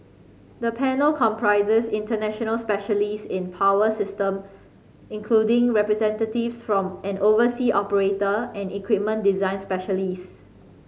the panel comprises international specialist in power system including representatives from an oversea operator and equipment design specialist